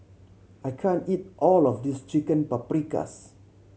I can't eat all of this Chicken Paprikas